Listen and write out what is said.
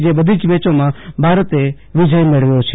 એ બધીજ મેયોમાં ભારતે વિજય મેળવ્યો છે